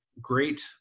great